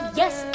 yes